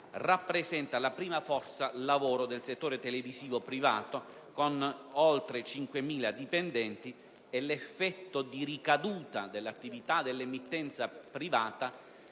rappresenta la prima forza lavoro del settore televisivo privato con oltre 5.000 dipendenti e l'effetto di ricaduta dell'attività dell'emittenza privata